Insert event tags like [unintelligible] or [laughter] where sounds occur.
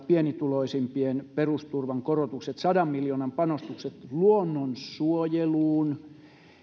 [unintelligible] pienituloisimpien perusturvan korotukset sadan miljoonan panostukset luonnonsuojeluun